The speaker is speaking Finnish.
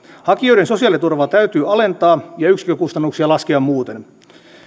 hakijoiden sosiaaliturvaa täytyy alentaa ja yksikkökustannuksia laskea muuten